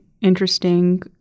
interesting